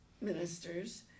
ministers